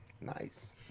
nice